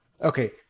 Okay